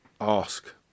ask